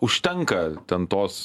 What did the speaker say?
užtenka ten tos